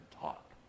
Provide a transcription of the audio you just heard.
talk